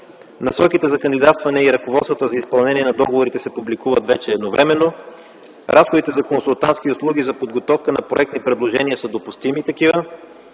Насоките за кандидатстване и ръководствата за изпълнение на договорите се публикуват вече едновременно. Разходите за консултантски услуги за подготовка на проекти и предложения са допустими.